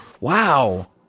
Wow